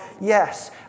yes